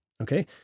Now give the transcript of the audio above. okay